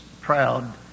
proud